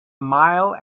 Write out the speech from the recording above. mile